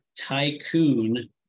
tycoon